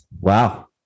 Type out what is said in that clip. Wow